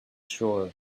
sure